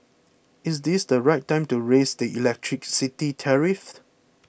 is this the right time to raise the electricity tariff